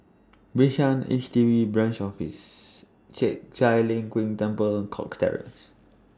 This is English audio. Bishan H D B Branch Office Chek Chai Long Chuen Temple Cox Terrace